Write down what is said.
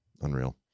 Unreal